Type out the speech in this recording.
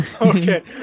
Okay